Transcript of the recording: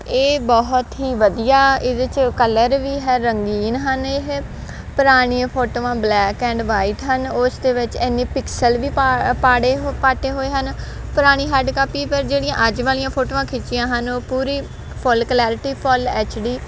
ਇਹ ਬਹੁਤ ਹੀ ਵਧੀਆ ਇਹਦੇ 'ਚ ਕਲਰ ਵੀ ਹੈ ਰੰਗੀਨ ਹਨ ਇਹ ਪੁਰਾਣੀਆਂ ਫੋਟੋਆਂ ਬਲੈਕ ਐਂਡ ਵਾਈਟ ਹਨ ਉਸ ਦੇ ਵਿੱਚ ਇੰਨੀ ਪਿਕਸਲ ਵੀ ਪਾ ਪਾੜੇ ਪਾਟੇ ਹੋਏ ਹਨ ਪੁਰਾਣੀ ਹਾਰਡ ਕਾਪੀ ਪਰ ਜਿਹੜੀਆਂ ਅੱਜ ਵਾਲੀਆਂ ਫੋਟੋਆਂ ਖਿੱਚੀਆਂ ਹਨ ਉਹ ਪੂਰੀ ਫੁੱਲ ਕਲੈਰਟੀ ਫੁੱਲ ਐਚਡੀ